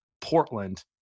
Portland